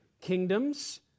kingdoms